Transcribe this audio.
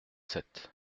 sept